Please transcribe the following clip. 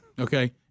okay